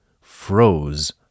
froze